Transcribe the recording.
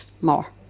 more